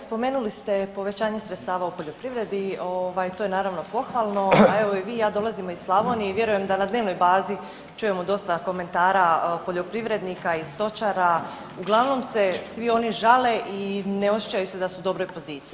Spomenuli ste povećanje sredstava u poljoprivredi, to je naravno pohvalno, a evo i vi i ja dolazimo iz Slavonije i vjerujem da na dnevnoj bazi čujemo dosta komentara poljoprivrednika i stočara, uglavnom se svi oni žale i ne osjećaju se da su u dobroj poziciji.